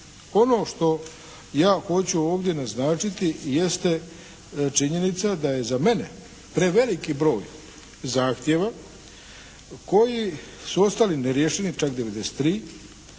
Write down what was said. Ono što ja hoću ovdje naznačiti jeste činjenica da je za mene preveliki broj zahtjeva koji su ostali neriješeni, čak 93,